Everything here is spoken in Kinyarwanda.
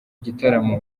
igitaramo